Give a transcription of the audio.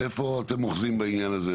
איפה אתם אוחזים בעניין הזה?